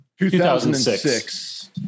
2006